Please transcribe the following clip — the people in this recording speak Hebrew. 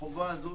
החובה הזו